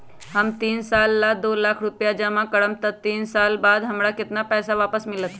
हम तीन साल ला दो लाख रूपैया जमा करम त तीन साल बाद हमरा केतना पैसा वापस मिलत?